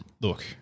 look